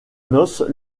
noces